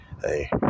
Hey